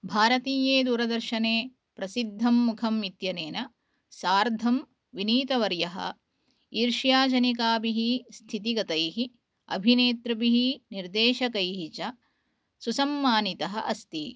भारतीये दूरदर्शने प्रसिद्धं मुखम् इत्यनेन सार्धं विनीतवर्यः ईर्ष्याजनिकाभिः स्थितिगतैः अभिनेतृभिः निर्देशकैः च सुसम्मानितः अस्ति